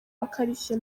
akarishye